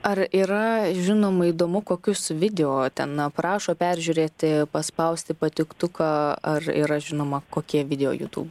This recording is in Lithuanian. ar yra žinoma įdomu kokius video ten prašo peržiūrėti paspausti patiktuką ar yra žinoma kokie video jutūb